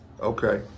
Okay